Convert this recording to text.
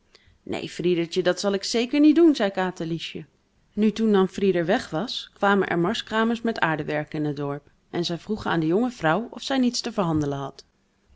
neen friedertje dat zal ik zeker niet doen zei katerliesje nu toen dan frieder weg was kwamen er marskramers met aardewerk in het dorp en zij vroegen aan de jonge vrouw of zij niets te verhandelen had